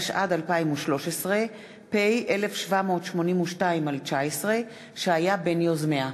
התשע"ד 2013, פ/1782/19, שהוא היה בין יוזמיה.